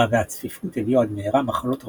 הרעב והצפיפות הביאו עד מהרה מחלות רבות,